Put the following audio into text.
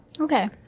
Okay